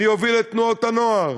מי יוביל את תנועות הנוער?